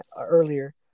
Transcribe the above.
earlier